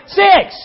six